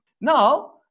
now